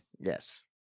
Yes